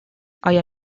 آیا